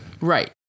Right